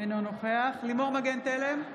אינו נוכח לימור מגן תלם,